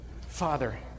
Father